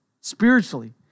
spiritually